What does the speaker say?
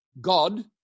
God